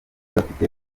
bafite